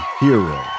hero